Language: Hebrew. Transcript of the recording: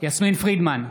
יסמין פרידמן,